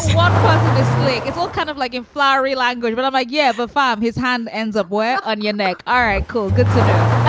one person is slick. it's all kind of like in flowery language. but i'm like, yeah, a five. his hand ends up wear on your neck. all right, cool. good to know.